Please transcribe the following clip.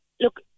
look